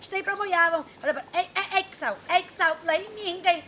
štai pamojavo o dabar eik sau eik sau laimingai